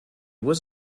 was